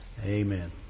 Amen